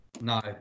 No